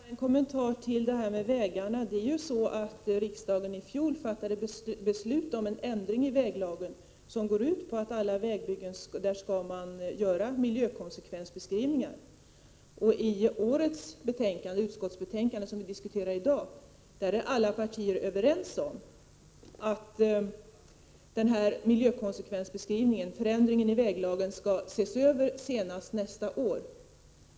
Herr talman! Jag vill bara göra en kommentar till detta med vägarna. Riksdagen fattade ju i fjol beslut om en ändring av väglagen, som går ut på att man vid alla vägbyggen skall göra miljökonsekvensbeskrivningar. I det betänkande som vi nu diskuterar är ju alla partier överens om att denna förändring i väglagen skall ses över senast nästa år.